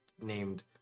named